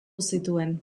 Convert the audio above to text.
zituen